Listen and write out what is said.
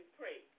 pray